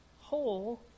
hole